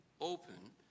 open